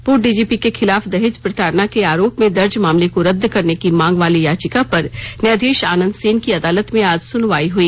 पूर्व डीजीपी के खिलाफ दहेज प्रताड़ना के आरोप में दर्ज मामले को रद्द करने की मांग वाली याचिका पर न्यायधीश आनंद सेन की अदालत में आज सुनवाई हुई